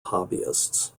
hobbyists